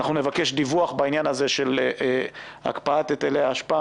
אנחנו נבקש דיווח בעניין הזה של הקפאת היטלי האשפה